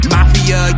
Mafia